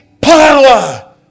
power